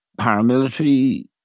paramilitary